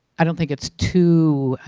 i don't think it's too